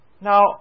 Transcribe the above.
Now